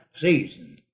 season